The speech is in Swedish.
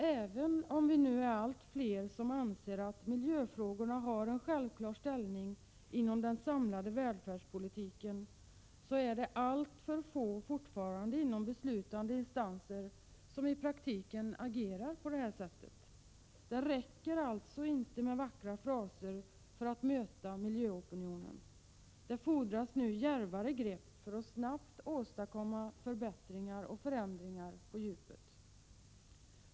Även om vi nu är allt fler som anser att miljöfrågorna har en självklar ställning inom den samlade välfärdspolitiken, är det fortfarande alltför få inom de beslutande instanserna som i praktiken agerar i enlighet med det. Det räcker alltså inte med vackra fraser för att möta miljöopinionen. Det fordras nu djärvare grepp för att snabbt åstadkomma förbättringar och förändringar på djupet.